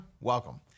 welcome